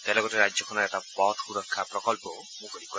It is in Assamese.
তেওঁ লগতে ৰাজ্যখনৰ এটা পথ সুৰক্ষা প্ৰকল্পও মুকলি কৰে